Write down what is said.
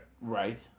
Right